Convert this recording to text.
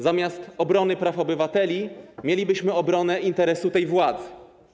Zamiast obrony praw obywateli mielibyśmy obronę interesu tej władzy.